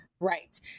Right